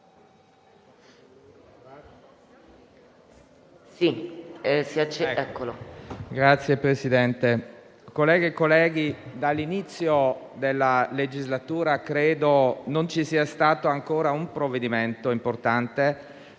Signor Presidente, colleghe e colleghi, dall'inizio della legislatura credo non ci sia stato ancora un provvedimento importante